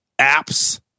apps